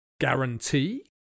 guarantee